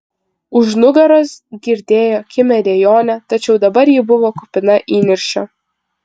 už nugaros girdėjo kimią dejonę tačiau dabar ji buvo kupina įniršio